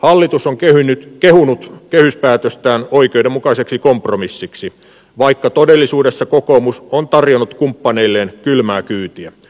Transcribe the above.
hallitus on kehunut kehyspäätöstään oikeudenmukaiseksi kompromissiksi vaikka todellisuudessa kokoomus on tarjonnut kumppaneilleen kylmää kyytiä